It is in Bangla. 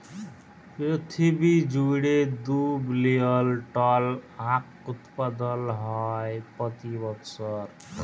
পিরথিবী জুইড়ে দু বিলিয়ল টল আঁখ উৎপাদল হ্যয় প্রতি বসর